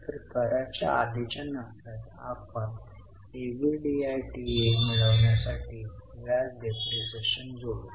तर कराच्या आधीच्या नफ्यात आपण EBDITA मिळवण्यासाठी व्याज आणि डेप्रिसिएशन जोडू